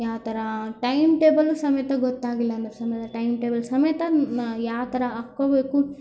ಯಾವ್ತರ time table ಸಮೇತ ಗೊತ್ತಾಗಿಲ್ಲಾಂದ್ರೆ ಸಮೇತ ಟೈಮ್ ಟೇಬಲ್ ಸಮೇತ ಯಾವ್ತರ ಹಾಕ್ಕೊಬೇಕು